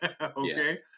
Okay